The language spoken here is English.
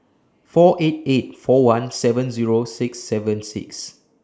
four eight eight four one seven Zero six seven six